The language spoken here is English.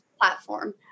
Platform